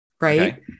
right